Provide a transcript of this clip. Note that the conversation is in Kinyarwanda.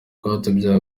rwatubyaye